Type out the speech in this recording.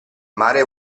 mare